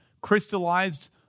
crystallized